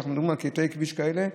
כשאנחנו מדברים על קטעי כביש כאלה,